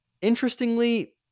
Interestingly